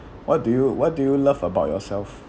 what do you what do you love about yourself